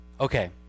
Okay